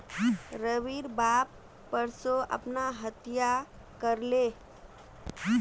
रविर बाप परसो आत्महत्या कर ले